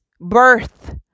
birth